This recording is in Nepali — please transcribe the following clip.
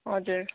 हजुर